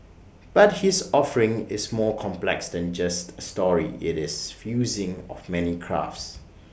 but his offering is more complex than just A story IT is fusing of many crafts